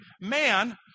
man